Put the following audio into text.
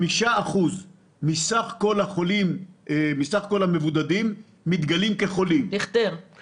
5% מסך כל המבודדים מתגלים כחולים על ידי השב"כ --- דיכטר,